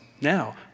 now